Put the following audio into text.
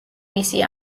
მისი